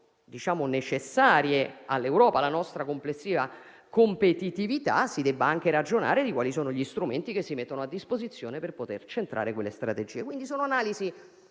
necessarie all'Europa e alla nostra complessiva competitività si debba anche ragionare su quali sono gli strumenti che si mettono a disposizione per centrare quelle strategie. Sono analisi